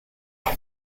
war